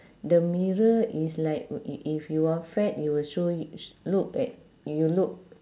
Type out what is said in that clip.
the mirror is like if if you are fat it will show y~ look at you'll look